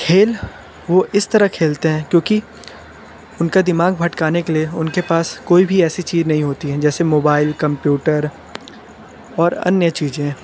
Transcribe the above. खेल वो इस तरह खेलते हैं क्योंकि उनका दिमाग़ भटकाने के लिए उनके पास कोई भी ऐसी चीज़ नहीं होती है जैसे मोबाइल कम्प्यूटर और अन्य चीज़ें